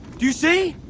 you see?